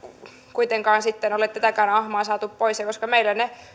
kuitenkaan sitten ole tätäkään ahmaa saatu pois koska meillä ne